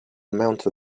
amount